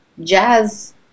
jazz